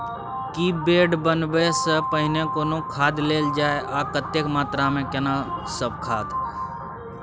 की bed बनबै सॅ पहिने कोनो खाद देल जाय आ कतेक मात्रा मे केना सब खाद?